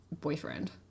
boyfriend